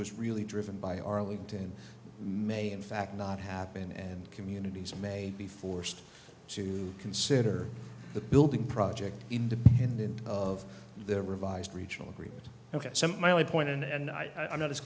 was really driven by arlington may in fact not happen and communities may be forced to consider the building project in the in the end of the revised regional agreement ok my only point and i'm not as